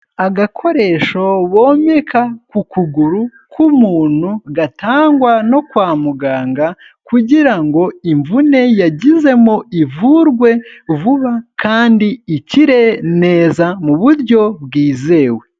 Agakoresho bomeka ku kuguru k'umuntu gatangwa no kwa muganga kugira ngo imvune yagizemo ivurwe vuba kandi ikire neza mu buryo bwizewe.